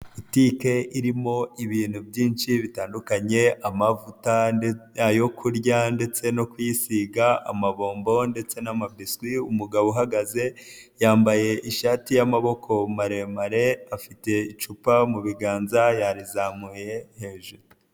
Butike irimo ibintu byinshi bitandukanye, amavutayo ayo kurya ndetse no kwisiga, amabombo ndetse n'amabiswi, umugabo uhagaze yambaye ishati y'amaboko maremare, afite icupa mu biganza yarizamuye hejuru.